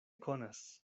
konas